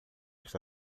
está